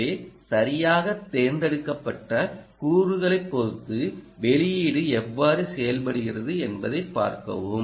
எனவேசரியாக தேர்ந்தெடுக்கப்பட்ட கூறுகளைப் பொறுத்து வெளியீடு எவ்வாறு செயல்படுகிறது என்பதைப் பார்க்கவும்